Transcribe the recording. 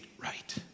right